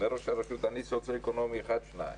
אני סוציו-אקונומי 2 1,